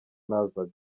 nazaga